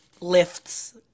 lifts